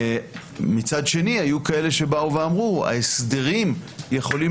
מצד שני היו כאלה שאמרו: ההסדרים יכולים